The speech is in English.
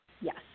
yes